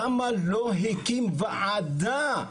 למה לא הקים וועדה,